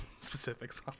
specifics